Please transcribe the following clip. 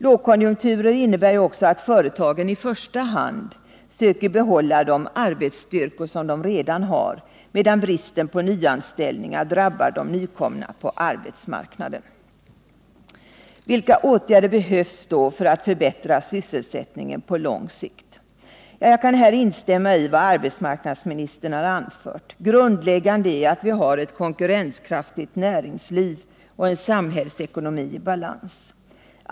Lågkonjunkturer innebär också att företagen i första hand söker behålla de arbetsstyrkor de redan har, medan bristen på nyanställningar drabbar de nykomna på arbetsmarknaden. Vilka åtgärder behövs då för att förbättra sysselsättningen på lång sikt? Jag kan här instämma i vad arbetsmarknadsministern har anfört. Grundläggande är att vi har ett konkurrenskraftigt näringsliv och en samhällsekonomi i balans.